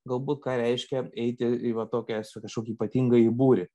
galbūt ką reiškia eiti į va tokią s kažkokį ypatingąjį būrį